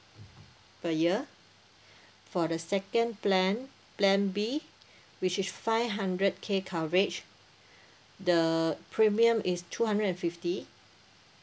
per year for the second plan plan B which is five hundred K coverage the premium is two hundred and fifty